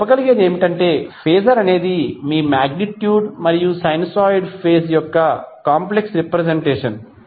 మీరు చెప్పగలిగేది ఏమిటంటేఫేజర్ అనేది మీ మాగ్నిట్యూడ్ మరియు సైనూసోయిడ్ ఫేజ్ యొక్క కాంప్లెక్స్ రెప్రెసెంటేషన్